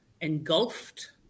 engulfed